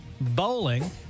bowling